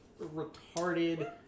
retarded